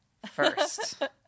first